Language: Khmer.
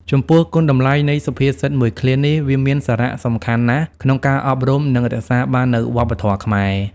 ចំពោះគុណតម្លៃនៃសុភាសិតមួយឃ្លានេះ វាមានសារៈសំខាន់ណាស់ក្នុងការអប់រំ និងរក្សាបាននូវវប្បធម៌ខ្មែរ។